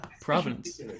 Providence